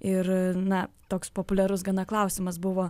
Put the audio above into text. ir na toks populiarus gana klausimas buvo